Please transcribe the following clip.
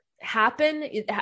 happen